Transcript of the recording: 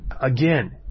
Again